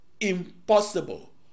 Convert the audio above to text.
impossible